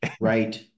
right